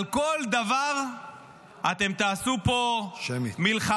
על כל דבר אתם תעשו פה מלחמות,